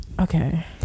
Okay